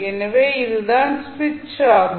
எனவே இது தான் சுவிட்ச் ஆகும்